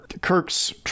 Kirk's